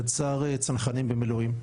גדס"ר צנחנים במילואים,